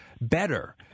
better